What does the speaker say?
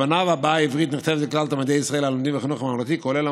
הבנה והבעה עברית נכתבת לכלל תלמידי ישראל הלומדים בחינוך הממלכתי,